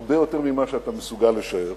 הרבה יותר ממה שאתה מסוגל לשער.